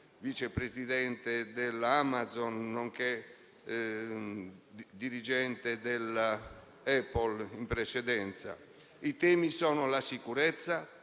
vice presidente di Amazon, nonché dirigente di Apple in precedenza. I temi sono la sicurezza;